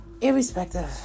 irrespective